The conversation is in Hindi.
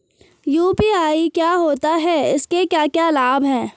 यु.पी.आई क्या होता है इसके क्या क्या लाभ हैं?